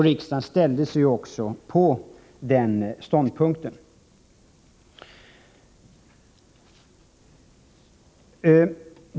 Riksdagen intog ju också den ståndpunkten.